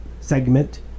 Segment